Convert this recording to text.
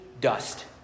dust